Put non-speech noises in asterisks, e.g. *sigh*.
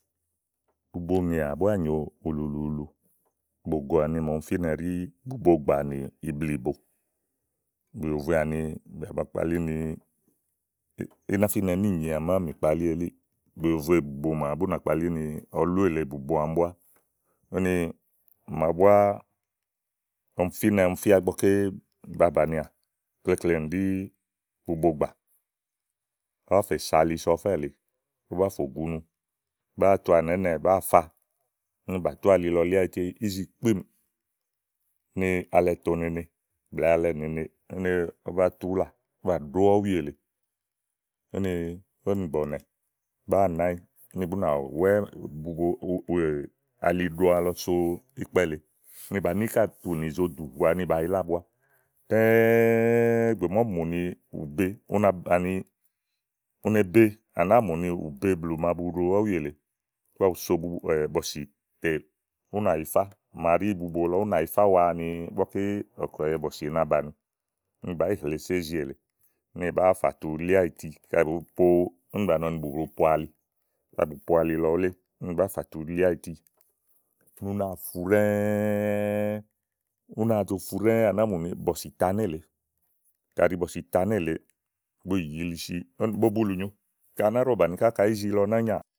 Bubo búá nyòo ulu lu ulu, bògò áni màa ɔmi fínɛ ɖi bubogbà nì ibliìbo. bùyòvoè áni màa ba kpalí ni, í na fínɛ míìnyi à màa mì kpalí elíì. bùyòvoè bùbo màa bú náa kpalí ni ɔlú èle búbo àámi búá. úni màa búá ɔmi fínɛ ɔmi fía ígbɔ ba bànià. Uklekle nì ɖí bubogbà bàáa fè se ali so ɔfɛ lèe ówó báa fò gunu bàáa tu wanìà inɛ̀ bàáa fa úni bàtú alilɔ li áyiti ízi kpíìm úni alɛ toònene blɛ̀ɛ alɛ néene úni ówó báa tu úlà ówó bà ɖó ɔwì èle úni ówò nì bɔ̀nɛ bàáa nàá nyi úni búná wɛ́ bubo *hesitation* aliɖoa lɔ so ìkpɛ̀ lèe. úni bàá ni íkàtú zòo dùhùà ani bàa yila ábua ɖɛ́ɛ́ ìgbè màa úni mù nì ùbe. U na bàni, u ne be à nàáa mù ni ù beblù màa bu ɖo ɔ̀wì èle, ígbɔ tè ú nà yifá màa ɖi bubo lɔ ú nà yifá wa ani ígbɔké ɔ̀kùɛ̀yɛ bɔ̀sì na bàni úni bàá yi hlèe so ízi èle úni bàá fà tu li áyiti. Kaɖi bù ɖòo po úni bàa nɔ ni bù ɖòo po ali kaɖi bù po ali lɔ wulé úni bàá fà tu li áyiti úni ú náa fu ɖɛ́ɛ́, ú náa zo fu ɖɛ́ɛ́ à nàáa mù ni bɔ̀sì tàa nélèe kàɖi bɔ̀sì tàa nélèe bu yi yilisi úni bo bulúnyo kaɖi á ná ɖɔ̀ bàni kaɖi ízi lɔ ná nyàà.